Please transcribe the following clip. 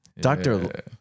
Doctor